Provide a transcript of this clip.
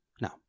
No